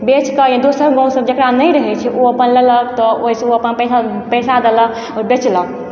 बेच कऽ दोसर गाँव सब जकरा नहि रहै छै ओ अपन लेलक तऽ ओहिसँ ओ अपन पैसा देलक आओर बेचलक